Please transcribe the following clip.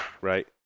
right